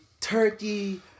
turkey